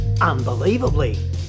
unbelievably